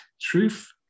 truth